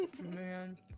Man